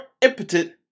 impotent